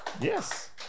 Yes